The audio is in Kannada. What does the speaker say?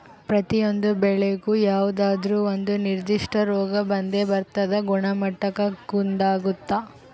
ಪ್ರತಿಯೊಂದು ಬೆಳೆಗೂ ಯಾವುದಾದ್ರೂ ಒಂದು ನಿರ್ಧಿಷ್ಟ ರೋಗ ಬಂದೇ ಬರ್ತದ ಗುಣಮಟ್ಟಕ್ಕ ಕುಂದಾಗುತ್ತ